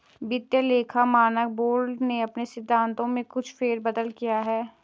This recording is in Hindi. वित्तीय लेखा मानक बोर्ड ने अपने सिद्धांतों में कुछ फेर बदल किया है